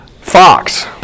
Fox